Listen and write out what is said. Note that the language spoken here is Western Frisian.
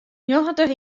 njoggentich